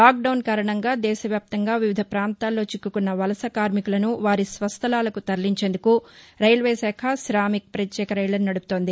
lock down కారణంగా దేశవ్యాప్తంగా వివిధ పాంతాల్లో చిక్కుకున్న వలస కార్మికులను వారి స్వస్థలాలకు తరలించేందుకు రైల్వేశాఖ శామిక్ పత్యేక రైళ్లను నదుపుతోంది